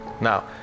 Now